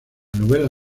novela